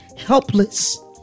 helpless